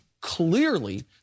clearly